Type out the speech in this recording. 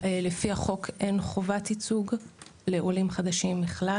לפי החוק אין חובת ייצוג לעולים חדשים בכלל